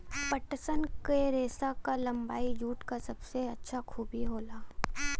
पटसन क रेसा क लम्बाई जूट क सबसे अच्छा खूबी होला